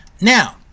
Now